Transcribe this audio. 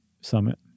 summit